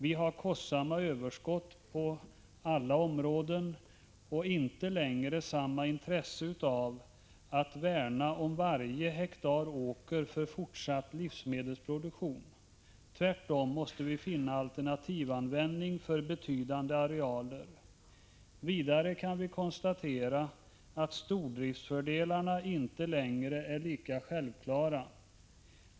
Vi har kostsamma överskott på alla områden och inte längre samma intresse av att värna om varje hektar åker för fortsatt livsmedelsproduktion. Tvärtom måste vi finna alternativanvändning för betydande arealer. Vidare kan vi konstatera att stordriftsfördelarna inte längre är lika självklara.